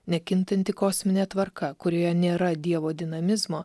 nekintanti kosminė tvarka kurioje nėra dievo dinamizmo